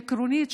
עקרונית,